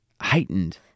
heightened